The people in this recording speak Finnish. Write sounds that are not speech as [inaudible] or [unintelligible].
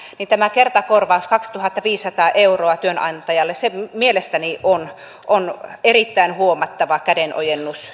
tämä kertakorvaus kaksituhattaviisisataa euroa työnantajalle mielestäni on on erittäin huomattava kädenojennus [unintelligible]